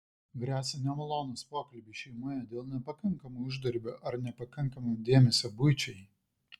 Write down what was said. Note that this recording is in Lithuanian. gresia nemalonūs pokalbiai šeimoje dėl nepakankamo uždarbio ar nepakankamo dėmesio buičiai